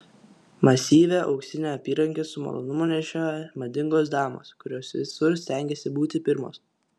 masyvią auksinę apyrankę su malonumu nešioja madingos damos kurios visur stengiasi būti pirmos